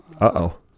Uh-oh